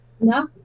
No